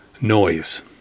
noise